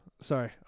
Sorry